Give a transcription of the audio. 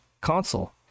console